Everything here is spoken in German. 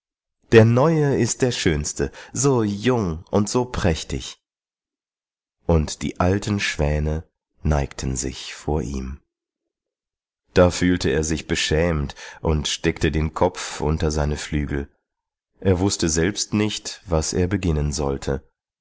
der neue ist der schönste so jung und so prächtig und die alten schwäne neigten sich vor ihm da fühlte er sich beschämt und steckte den kopf unter seine flügel er wußte selbst nicht was er beginnen sollte